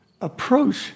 approach